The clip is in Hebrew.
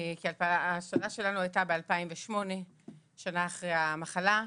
כי ההשתלה שלנו הייתה ב-2008, שנה אחרי המחלה.